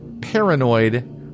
paranoid